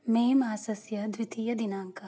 मे मासस्य द्वितीयदिनाङ्कः